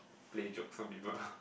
play jokes for people